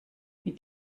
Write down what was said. mit